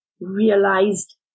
realized